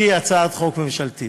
להביא הצעת חוק ממשלתית.